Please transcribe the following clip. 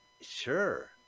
sure